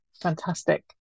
Fantastic